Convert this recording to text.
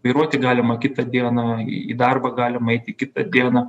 vairuoti galima kitą dieną į darbą galima eiti kitą dieną